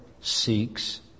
seeks